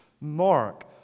mark